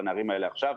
לנערים האלה עכשיו.